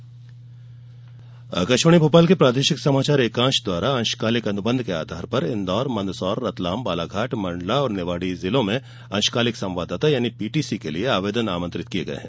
अंशकालिक संवाददाता आकाशवाणी भोपाल के प्रादेशिक समाचार एकांश द्वारा अंशकालिक अनुबंध के आधार पर इन्दौर मंदसौर रतलाम बालाघाट मंडला और निवाड़ी जिलों में अंशकालिक संवाददाता के लिए आवेदन आमंत्रित किये गये हैं